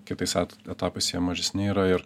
kitais etapais jie mažesni yra ir